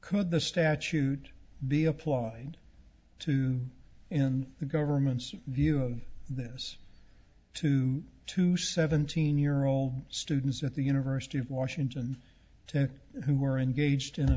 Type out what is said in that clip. could the statute be applied to the government's view of this to two seventeen year old students at the university of washington to who were engaged